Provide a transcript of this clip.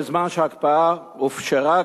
בזמן שההקפאה "הופשרה",